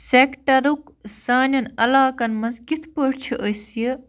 سیٚکٹرُک سانٮ۪ن علاقَن منٛز کِتھٕ پٲٹھۍ چھِ أسۍ یہِ